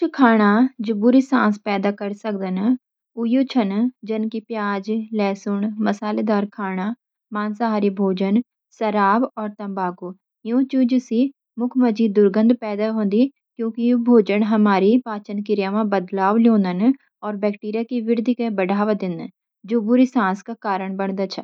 कुछ खाने जो बुरी साँस पैदा करी सकदन, जन की प्याज, लहसुन, मसालेदार खाना, मांसाहारी भोजन, शराब और तम्बाकू। इन चीजों से मुँख मजी दुर्गंध पैदा होदी क्योंकि ये भोजन हमारी पाचन क्रिया में बदलाव लोंदा न और बैक्टीरिया की वृद्धि को बढ़ावा देनंदा, जो बुरी साँस का कारण बनदा छ।